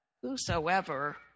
whosoever